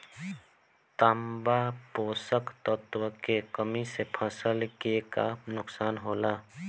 तांबा पोषक तत्व के कमी से फसल के का नुकसान होला?